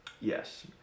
Yes